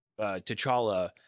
T'Challa